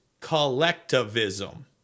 collectivism